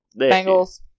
Bengals